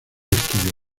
estudio